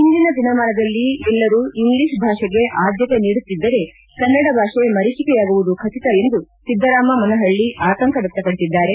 ಇಂದಿನ ದಿನಮಾನದಲ್ಲಿ ಎಲ್ಲರೂ ಇಂಗ್ಲಿಷ ಭಾಷೆಗೆ ಆದ್ಯತೆ ನೀಡುತ್ತಿದ್ದರೇ ಕನ್ನಡ ಭಾಷೆ ಮರಿಚಿಕೆಯಾಗುವುದು ಖಚಿತ ಎಂದು ಸಿದ್ದರಾಮ ಮನಹಳ್ಳಿ ಆತಂಕ ವಕ್ಷಪಡಿಸಿದ್ದಾರೆ